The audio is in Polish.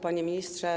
Panie Ministrze!